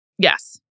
Yes